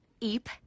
eep